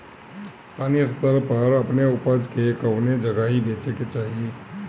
स्थानीय स्तर पर अपने ऊपज के कवने जगही बेचे के चाही?